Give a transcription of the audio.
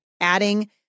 adding